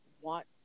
want